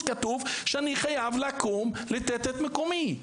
כתוב שאני חייב לקום לתת את מקומי.